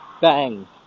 Bang